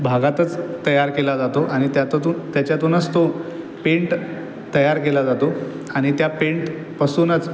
भागातच तयार केला जातो आणि त्यात्यातून त्याच्यातूनच तो पेंट तयार केला जातो आणि त्या पेंटपासूनच